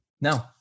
No